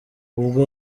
ubwo